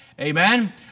Amen